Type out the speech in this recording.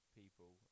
people